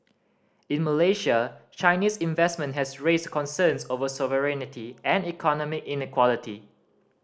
in Malaysia Chinese investment has raised concerns over sovereignty and economic inequality